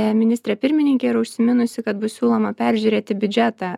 ministrė pirmininkė yra užsiminusi kad bus siūloma peržiūrėti biudžetą